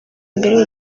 mbere